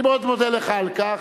אני מאוד מודה לך על כך.